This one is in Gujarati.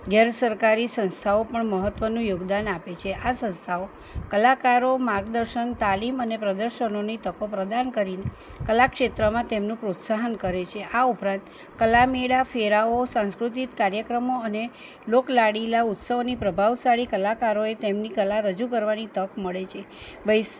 ગેરસરકારી સંસ્થાઓ પણ મહત્વનું યોગદાન આપે છે આ સંસ્થાઓ કલાકારો માર્ગદર્શન તાલીમ અને પ્રદર્શનોની તકો પ્રદાન કરી કલા ક્ષેત્રમાં તેમનું પ્રોત્સાહન કરે છે આ ઉપરાંત કલા મેળા ફેરાઓ સાંસ્કૃતિક કાર્યક્રમો અને લોક લાડીલા ઉત્સવોની પ્રભાવશાળી કલા કલાકારોએ તેમની કલા રજૂ કરવાની તક મળે છે વૈસ